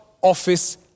office